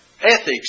ethics